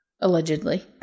Allegedly